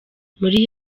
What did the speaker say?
muri